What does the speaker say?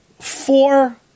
four